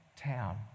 town